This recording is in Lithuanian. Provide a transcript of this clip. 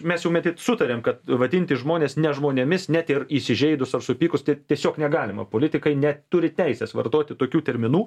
mes jau matyt sutariam kad vadinti žmones ne žmonėmis net ir įsižeidus ar supykus tai tiesiog negalima politikai neturi teisės vartoti tokių terminų